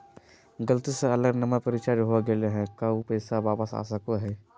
गलती से अलग नंबर पर रिचार्ज हो गेलै है का ऊ पैसा वापस आ सको है?